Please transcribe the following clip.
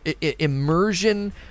immersion